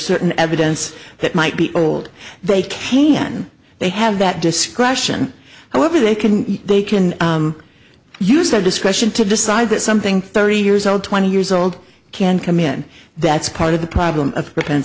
certain evidence that might be old they can they have that discretion however they can they can use their discretion to decide that something thirty years old twenty years old can come in that's part of the problem of